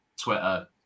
Twitter